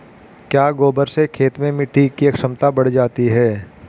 क्या गोबर से खेत में मिटी की क्षमता बढ़ जाती है?